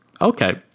Okay